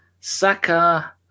Saka